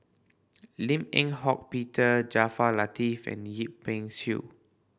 Lim Eng Hock Peter Jaafar Latiff and Yip Pin Xiu